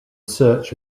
search